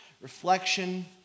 reflection